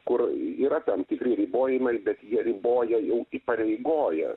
kur yra tam tikri ribojimai bet jie riboja jau įpareigoja